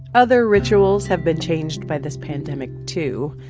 other rituals have been changed by this pandemic, too.